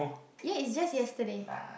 ya it's just yesterday